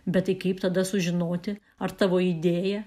bet tai kaip tada sužinoti ar tavo idėja